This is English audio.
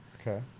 Okay